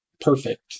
perfect